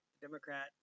Democrat